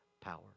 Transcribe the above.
power